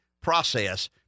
process